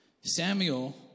Samuel